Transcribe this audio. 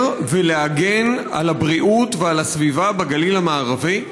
ולהגן על הבריאות ועל הסביבה בגליל המערבי?